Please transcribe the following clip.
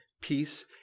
peace